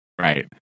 right